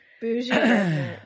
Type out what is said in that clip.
Bougie